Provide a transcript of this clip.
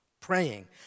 Praying